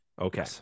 Okay